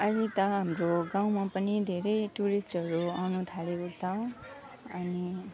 अहिले त हाम्रो गाउँमा पनि धेरै टुरिस्टहरू आउन थालेको छ अनि